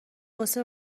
واسه